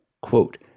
Quote